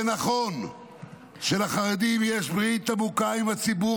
זה נכון שלחרדים יש ברית עמוקה עם הציבור